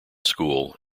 school